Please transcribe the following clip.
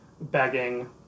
begging